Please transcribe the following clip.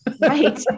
Right